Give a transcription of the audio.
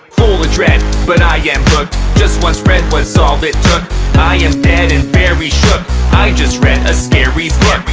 full the dread, but i am hooked just one spread was all it took i am dead and very shook i just read a scary